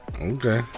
Okay